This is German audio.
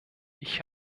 ich